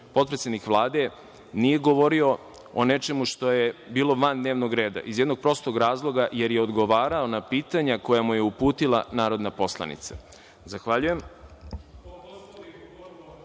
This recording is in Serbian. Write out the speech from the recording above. potpredsednik Vlade, nije govorio o nečemu što je bilo van dnevnog reda, iz jednog prostog razloga, jer je odgovarao na pitanja koja mu je uputila narodna poslanica. Zahvaljujem.(Nemanja